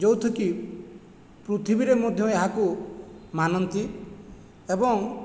ଯୋଉଥୁକି ପୃଥିବୀରେ ମଧ୍ୟ ଏହାକୁ ମାନନ୍ତି ଏବଂ